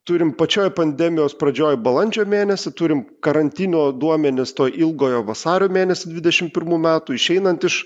turim pačioj pandemijos pradžioj balandžio mėnesį turim karantino duomenis to ilgojo vasario mėnesio dvidešim pirmų metų išeinant iš